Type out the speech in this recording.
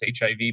HIV